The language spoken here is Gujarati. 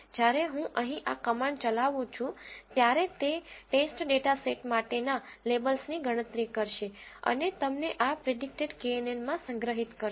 જ્યારે હું અહીં આ કમાન્ડ ચલાવુ છું ત્યારે તે ટેસ્ટ ડેટા સેટ માટેના લેબલ્સની ગણતરી કરશે અને તેમને આ પ્રીડીકટેડ કેએનએનમાં સંગ્રહિત કરશે